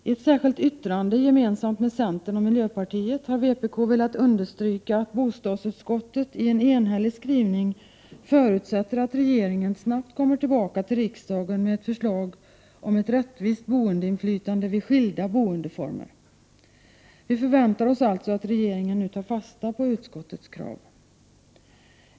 I ett särskilt yttrande, gemensamt med centern och miljöpartiet, har vpk velat understryka att bostadsutskottet i en enhällig skrivning förutsätter att regeringen snabbt kommer tillbaka till riksdagen med ett förslag om ett rättvist boendeinflytande vid skilda boendeformer. Vi förväntar oss alltså att regeringen nu tar fasta på utskottets krav.